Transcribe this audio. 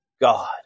God